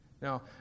Now